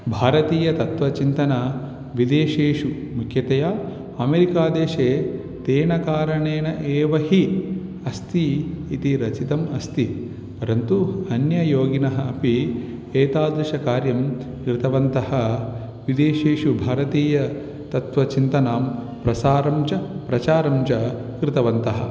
भारतीयतत्त्वचिन्तना विदेशेषु मुख्यतया अमेरिकादेशे तेन कारणेन एव हि अस्ति इति रचितम् अस्ति परन्तु अन्ययोगिनः अपि एतादृशकार्यं कृतवन्तः विदेशेषु भारतीयतत्त्वचिन्तनां प्रसारं च प्रचारं च कृतवन्तः